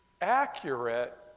accurate